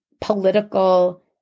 political